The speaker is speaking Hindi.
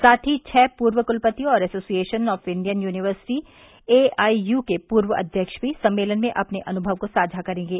साथ ही छः पूर्व कुलपति और association of Indian university AIU के पूर्व अध्यक्ष भी सम्मेलन में अपने अनुभव को साझा करेंगे